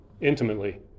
intimately